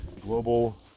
global